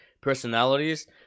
personalities